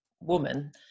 woman